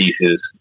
pieces